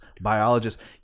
biologists